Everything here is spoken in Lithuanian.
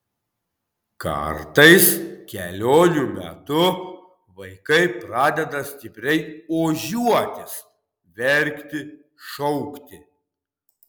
kartais kelionių metu vaikai pradeda stipriai ožiuotis verkti šaukti